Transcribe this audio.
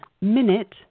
minute